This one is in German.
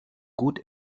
gut